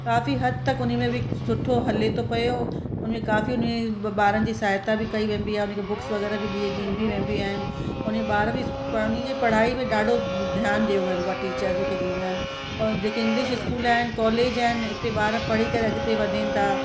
काफ़ी हद तक उन में बि सुठो हले थो पयो उन में काफ़ी उन ॿारनि जी सहायता बि कई वेंदी आहे उन खे बुक्स वग़ैरह बि ॾी ॾींबी वेंबी आहिनि उन ॿार बि इस उन खे पढ़ाई में ॾाढो ध्यान ॾियो वंबो आ टीचर्स जेके ॾींदियूं आहिनि औरि जेके इंग्लिश स्कूल आहिनि कॉलेज आहिनि इते ॿार पढ़ी करे अॻिते वधनि था